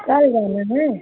कल जाना है